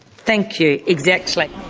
thank you, exactly.